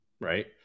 right